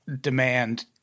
demand